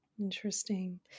Interesting